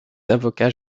avocats